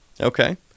Okay